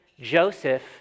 Joseph